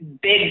big